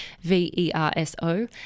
V-E-R-S-O